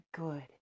good